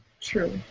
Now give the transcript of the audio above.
True